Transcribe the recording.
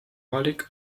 valik